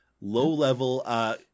low-level